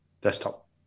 desktop